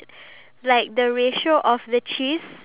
what's the other question in the cards